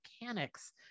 mechanics